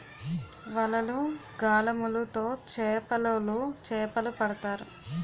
వలలు, గాలములు తో చేపలోలు చేపలు పడతారు